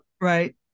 Right